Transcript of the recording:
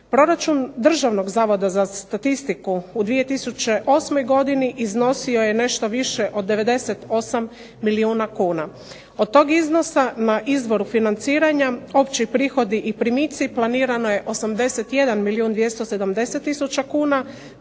Proračun Državnog zavoda za statistiku u 2008. godini iznosio je nešto više od 98 milijuna kuna. Od tog iznosa na izvoru financiranja, opći prihodi i primici planirano je 81 milijun 270 tisuća kuna,